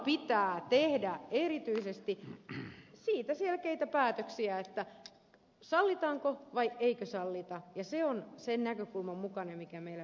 silloin pitää tehdä erityisesti siitä selkeitä päätöksiä sallitaanko vai eikö sallita ja se on sen näkökulman mukainen mikä meillä ryhmäpuheenvuorossa oli